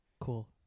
Cool